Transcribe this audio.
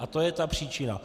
A to je ta příčina.